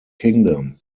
kingdom